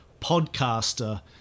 podcaster